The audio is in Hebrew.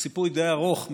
הוא סיפור די ארוך,